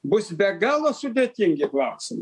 bus be galo sudėtingi klausimai